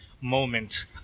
moment